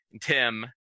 Tim